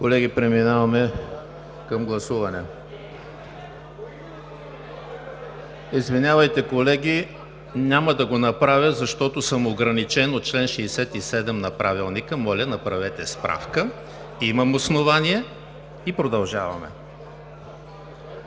Георги Свиленски към председателя.) Извинявайте, колеги, няма да го направя, защото съм ограничен от чл. 67 на Правилника – моля, направете справка. Имам основание и продължаваме.